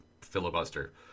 filibuster